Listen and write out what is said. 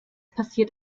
passiert